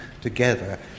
together